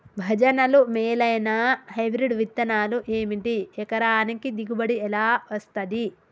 భజనలు మేలైనా హైబ్రిడ్ విత్తనాలు ఏమిటి? ఎకరానికి దిగుబడి ఎలా వస్తది?